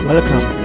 Welcome